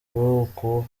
ukuboko